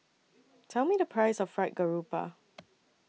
Tell Me The Price of Fried Garoupa